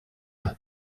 hat